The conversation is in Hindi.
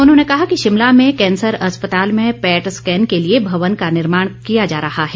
उन्होंने कहा कि शिमला में कैंसर अस्पताल में पैट स्कैन के लिए भवन का निर्माण किया जा रहा है